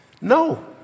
No